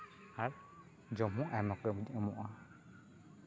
ᱟᱨ ᱡᱚᱢ ᱦᱚᱸ ᱟᱭᱢᱟ ᱠᱚ ᱮᱢᱚᱜᱼᱟ